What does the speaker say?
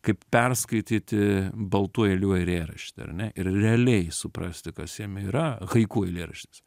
kaip perskaityti baltų eilių eilėraštį ar ne ir realiai suprasti kas jame yra haiku eilėraštis